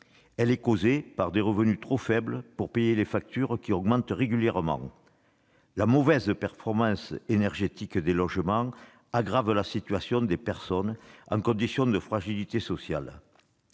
Elle est causée par des revenus trop faibles pour payer des factures qui augmentent régulièrement. La mauvaise performance énergétique des logements aggrave la situation de personnes en condition de fragilité sociale.